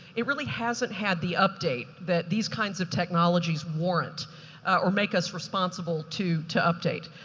it really hasn't had the update that these kinds of technologies warrant or make us responsible to to update,